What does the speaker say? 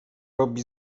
robi